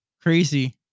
crazy